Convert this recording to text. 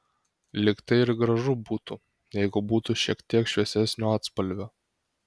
lyg tai ir gražu būtų jeigu būtų šiek tiek šviesesnio atspalvio